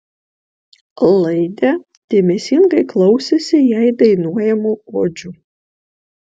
laidė dėmesingai klausėsi jai dainuojamų odžių